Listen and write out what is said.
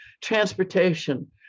transportation